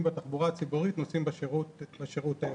בתחבורה הציבורית נוסעים בשירות העירוני.